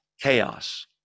chaos